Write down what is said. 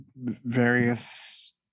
various